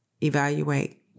evaluate